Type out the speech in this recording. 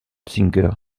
singer